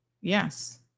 Yes